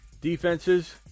defenses